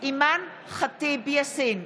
אימאן ח'טיב יאסין,